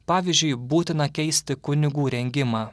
pavyzdžiui būtina keisti kunigų rengimą